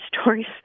stories